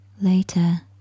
Later